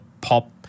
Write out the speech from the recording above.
pop